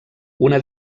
una